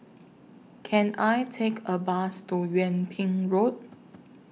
Can I Take A Bus to Yung Ping Road